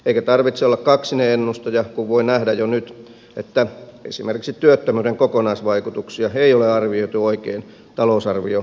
eikä tarvitse olla kaksinen ennustaja kun voi nähdä jo nyt että esimerkiksi työttömyyden kokonaisvaikutuksia ei ole arvioitu oikein talousarvioesityksessä